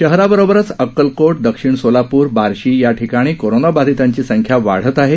शहराबरोबरच अक्कलकोट दक्षिण सोलापूर बार्शी या ठिकाणी कोरोना बाधितांची संख्या वाढत आहे